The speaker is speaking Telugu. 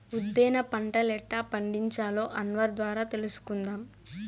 ఉద్దేన పంటలెట్టా పండించాలో అన్వర్ ద్వారా తెలుసుకుందాం